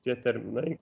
tie terminai